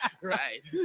Right